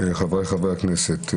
חבריי חברי הכנסת,